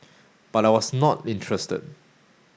but I was not interested